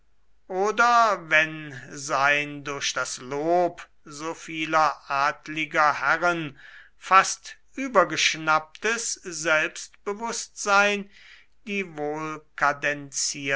oder wenn sein durch das lob so vieler adliger herren fast übergeschnapptes selbstbewußtsein die